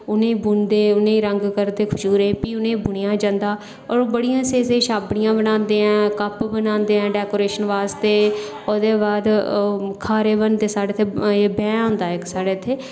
उ'नेंगी बुनदे भी रंग करदे प्ही उ'नेंगी बुनेआ जंदा होर बड़ियां स्हेई स्हेई छाबड़ियां बनांदे आं कप बनांदे आं डेकोरेशन आस्तै होर खारे बनदे इक्क साढ़े इत्थै बैंऽ होंदा